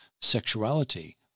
sexuality